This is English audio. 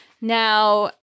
Now